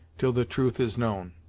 till the truth is known.